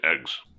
eggs